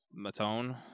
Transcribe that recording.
Matone